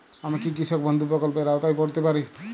আমি কি কৃষক বন্ধু প্রকল্পের আওতায় পড়তে পারি?